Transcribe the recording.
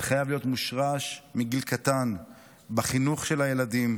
זה חייב להיות מושרש מגיל קטן בחינוך של הילדים.